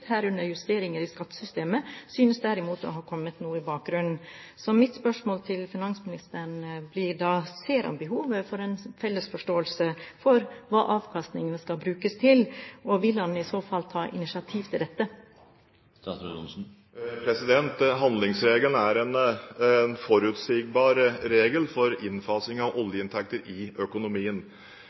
herunder justeringer i skattesystemet, synes derimot å ha kommet noe i bakgrunnen.» Så mitt spørsmål til finansministeren blir da: Ser han behovet for en felles forståelse av hva avkastningen skal brukes til, og vil han i så fall ta initiativ til dette? Handlingsregelen er en forutsigbar regel for innfasing av oljeinntekter i økonomien.